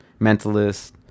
mentalist